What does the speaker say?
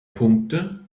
punkte